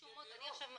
רשום שתי דירות.